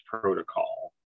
protocol